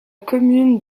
commune